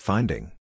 Finding